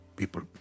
people